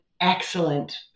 excellent